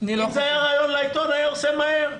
אם זה היה ראיון לעיתון הוא היה עושה מהר.